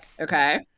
Okay